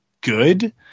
good